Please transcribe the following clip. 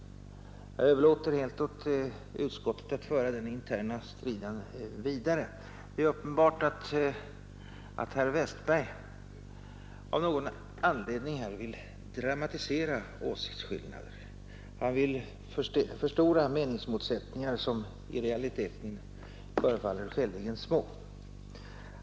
Jag överlåter helt åt utskottets talesmän att föra den interna striden vidare. Det är uppenbart att herr Westberg av någon anledning vill dramatisera åsiktsskillnadena. Han vill förstora meningsmotsättningar som i realiteten är skäligen små.